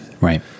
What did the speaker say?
right